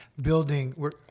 building